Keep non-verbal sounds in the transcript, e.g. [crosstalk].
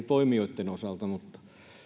[unintelligible] toimijoitten osalta